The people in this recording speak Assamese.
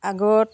আগত